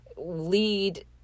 lead